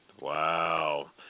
Wow